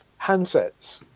handsets